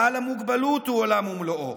בעל המוגבלות, הוא עולם ומלואו,